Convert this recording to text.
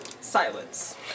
Silence